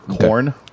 corn